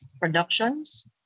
productions